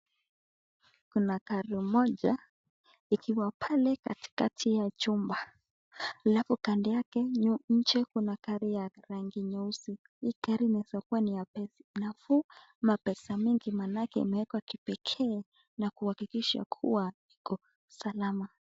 Kuna gari moja ikiwa pale katikati ya chumba, halafu kando yake nje kuna gari ya rangi nyeusi, hii gari inaweza kuwa ni ya pesa nafuu ama pesa nyingi maanake imewekwa kipekee na kuhakikisha kuwa iko salama.